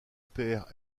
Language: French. peyre